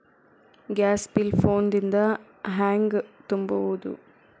Gas bill phone ದಿಂದ ಹ್ಯಾಂಗ ತುಂಬುವುದು?